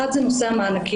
אחת זה נושא המענקים.